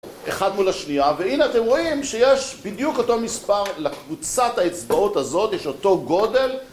אחד מול השנייה, והנה אתם רואים שיש בדיוק אותו מספר לקבוצת האצבעות הזאת, יש אותו גודל